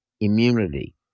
immunity